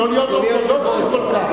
לא להיות אורתודוקסים כל כך.